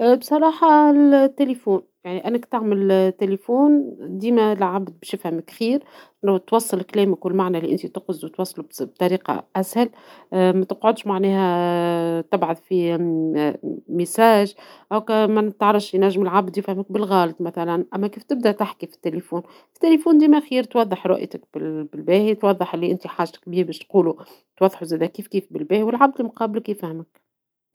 بصراحة التيليفون يعني أنك تعمل تيليفون ديما العبد باش يفهمك خير ، لو توصل كلامك والمعنى لي أنت تقصدوا توصلو بطريقة أسهل ، متقعدش معناها تبعث في في ميساج أما متعرفش ينجم العبد يفهمك بالغالط مثلا ، أما كيف تبدى تحكي في التيليفون ، التيليفون ديما خير توضح رؤيتك بالباهي توضح لي أنت حاجتك بيه باش تقولوا توضحوا زادة كيف كيف بالباهي والعبد مقابلك يفهمك.